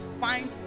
find